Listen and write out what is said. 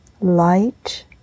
light